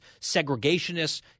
segregationists